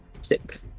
Sick